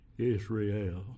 Israel